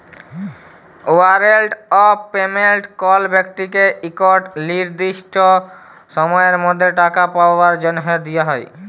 warrant of payment কল ব্যক্তিকে ইকট লিরদিসট সময়ের মধ্যে টাকা পাউয়ার জ্যনহে দিয়া হ্যয়